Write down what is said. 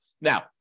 now